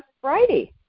Friday